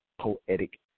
poetic